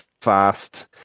fast